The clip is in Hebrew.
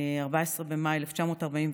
14 במאי 1948,